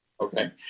Okay